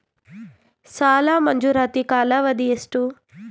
ಸಾಲ ಮಂಜೂರಾತಿ ಕಾಲಾವಧಿ ಎಷ್ಟು?